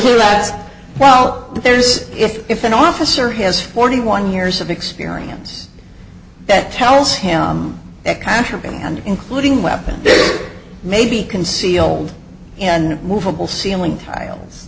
yes well there's if an officer has forty one years of experience that tells him that contraband including weapons may be concealed and movable ceiling tiles